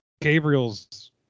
gabriel's